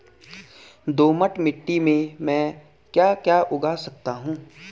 दोमट मिट्टी में म ैं क्या क्या उगा सकता हूँ?